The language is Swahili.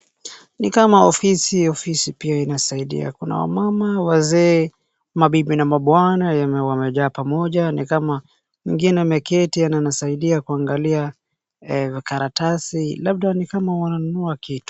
Ni kama ofisi, ofisi pia inasaidia kuna wamama, wazee, mabibi na mabwana wamejaa pamoja, wengine wameketi wanasaidia kuangalia makaratasi ni kama wananunua kitu.